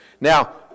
Now